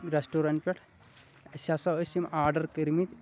restaurant پٮ۪ٹھ اَسہِ ہَسا ٲسۍ یِم آرڈَر کٔرۍ مٕتۍ